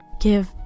give